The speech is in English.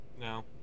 No